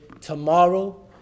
tomorrow